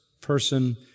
person